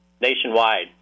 nationwide